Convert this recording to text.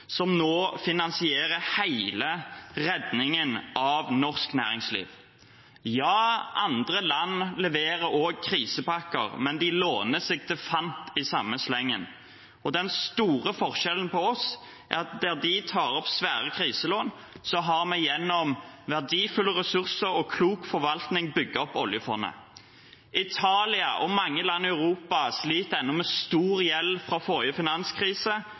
låner seg til fant i samme slengen. Den store forskjellen på oss, er at der de tar opp svære kriselån, har vi gjennom verdifulle ressurser og klok forvaltning bygd opp oljefondet. Italia og mange land i Europa sliter ennå med stor gjeld fra forrige finanskrise,